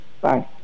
Bye